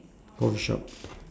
house shop